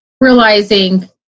realizing